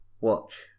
Watch